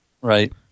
Right